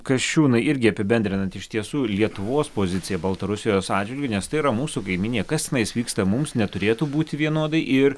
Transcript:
kasčiūnai irgi apibendrinant iš tiesų lietuvos pozicija baltarusijos atžvil nes tai yra mūsų kaimynė kas tenais vyksta mums neturėtų būti vienodai ir